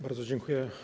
Bardzo dziękuję.